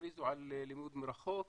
הכריזו על לימוד מרחוק,